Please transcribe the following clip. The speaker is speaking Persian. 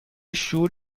شور